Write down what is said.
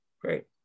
great